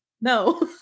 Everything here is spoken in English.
no